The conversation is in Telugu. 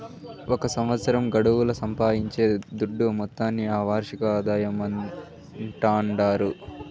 ఒక సంవత్సరం గడువుల సంపాయించే దుడ్డు మొత్తాన్ని ఆ వార్షిక ఆదాయమంటాండారు